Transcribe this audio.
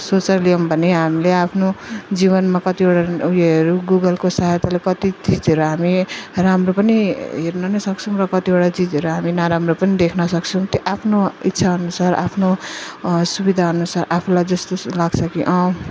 सोचेर ल्यायौँ भने हामीले आफ्नो जीवनमा कतिवटा उयोहरू गुगलको सहायताले कति चिजहरू हामी राम्रो पनि हेर्न नै सक्छौँ र कतिवटा चिजहरू हामी नराम्रो पनि देख्न सक्छौँ त्यो आफ्नो इच्छा अनुसार आफ्नो सुविधा अनुसार आफूलाई जस्तो लाग्छ कि